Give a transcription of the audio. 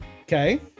Okay